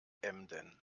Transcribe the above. emden